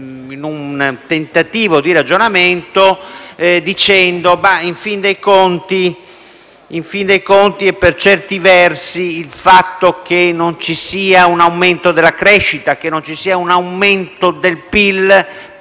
a un tentativo di ragionamento, dicendo che, in fin dei conti e per certi versi, il fatto che non ci sia un aumento della crescita e del PIL potrebbe